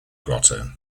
grotto